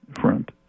front